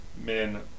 men